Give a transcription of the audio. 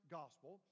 gospel